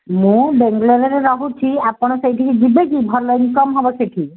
ମୁଁ ବାଙ୍ଗଲୋରରେ ରହୁଛି ଆପଣ ସେଇଠିକି ଯିବେ କି ଭଲ ଇନକମ୍ ହବ ସେଠି